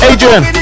Adrian